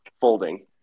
folding